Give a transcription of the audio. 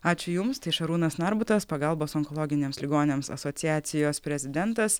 ačiū jums tai šarūnas narbutas pagalbos onkologiniams ligoniams asociacijos prezidentas